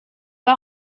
pas